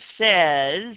says